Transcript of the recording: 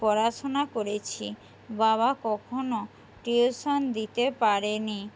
পড়াশুনা করেছি বাবা কখনও টিউশান দিতে পারে নি